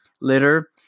litter